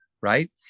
right